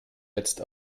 jetzt